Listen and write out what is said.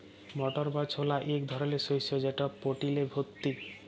মটর বা ছলা ইক ধরলের শস্য যেট প্রটিলে ভত্তি